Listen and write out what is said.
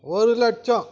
ஒரு லட்சம்